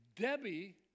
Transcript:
Debbie